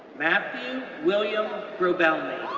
matthew william grobelny,